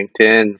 LinkedIn